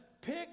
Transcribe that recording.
pick